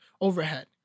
overhead